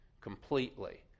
completely